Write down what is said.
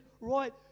right